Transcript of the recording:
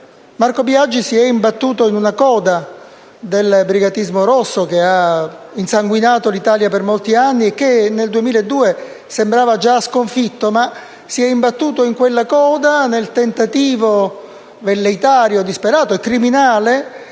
Marco Biagi si è imbattuto in una coda del brigatismo rosso che ha insanguinato l'Italia per molti anni e che nel 2002 sembrava già sconfitto. Si è imbattuto in quella coda e nel tentativo velleitario, disperato e criminale